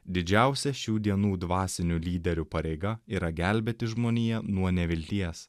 didžiausia šių dienų dvasinių lyderių pareiga yra gelbėti žmoniją nuo nevilties